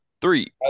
Three